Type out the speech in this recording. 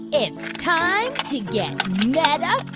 it's time to get yeah and